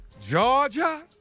Georgia